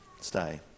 Stay